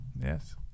Yes